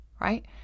right